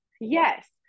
Yes